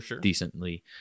decently